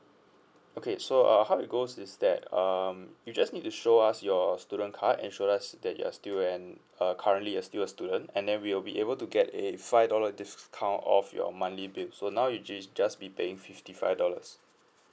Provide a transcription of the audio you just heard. okay so uh how it goes is that um you just need to show us your student card and show us that you are still and uh currently uh still a student and then we will be able to get a five dollar discount off your monthly bills so now you you just be paying fifty five dollars